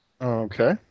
Okay